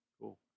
Cool